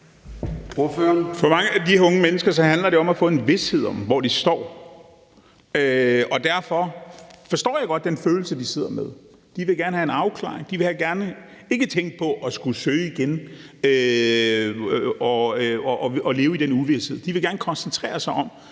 For mange af de her unge mennesker handler det om at få en vished om, hvor de står, og derfor forstår jeg godt den følelse, de sidder med. De vil gerne have en afklaring. De vil gerne ikke skulle tænke på at søge igen og leve i den uvished. De vil gerne koncentrere sig om